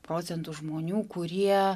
procentų žmonių kurie